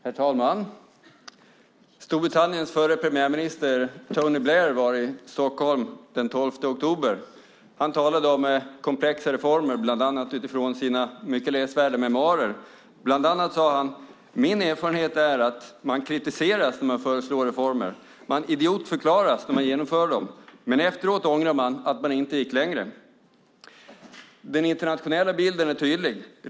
Herr talman! Storbritanniens förre premiärminister, Tony Blair, var i Stockholm den 12 oktober. Han talade om komplexa reformer, bland annat utifrån sina mycket läsvärda memoarer. Bland annat sade han: Min erfarenhet är att man kritiseras när man föreslår reformer. Man idiotförklaras när man genomför dem. Men efteråt ångrar man att man inte gick längre. Den internationella bilden är tydlig.